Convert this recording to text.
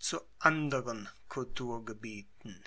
zu anderen kulturgebieten